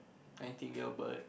I think Albert